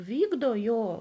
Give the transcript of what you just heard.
vykdo jo